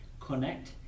connect